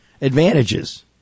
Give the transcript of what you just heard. advantages